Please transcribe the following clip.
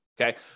Okay